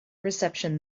reception